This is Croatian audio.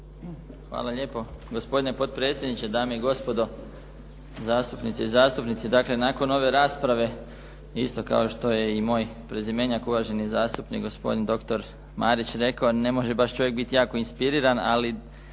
Hvala lijepo. Gospodine potpredsjedniče, dame i gospodo zastupnice i zastupnici. Dakle, nakon ove rasprave isto kao što je i moj prezimenjak uvaženi zastupnik gospodin doktor Marić rekao, ne može baš čovjek biti jako inspiriran ali